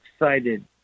excited